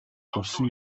болсон